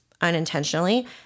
unintentionally